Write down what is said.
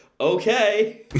Okay